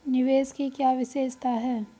निवेश की क्या विशेषता है?